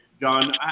John